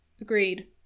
Agreed